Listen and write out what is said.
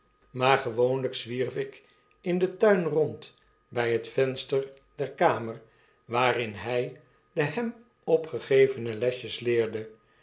humpheey lyk zwierf ik in den tuin rond by het venster der kamer waarin hjj de hem opgegevene lesjes leerde